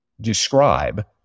describe